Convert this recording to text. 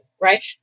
Right